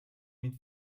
mit